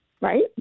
right